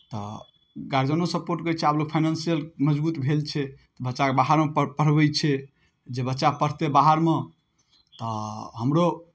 तऽ गार्जियनो सपोर्ट करै छै आब लोक फाइनेंशियल मजबूत भेल छै बच्चाकेँ बाहरमे पढ़ पढ़बै छै जे बच्चा पढ़तै बाहरमे तऽ हमरो